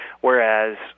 Whereas